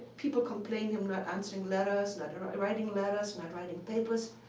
people complain i'm not answering letters, not writing letters, not writing papers.